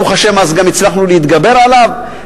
ברוך השם, אז גם הצלחנו להתגבר עליו.